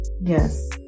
yes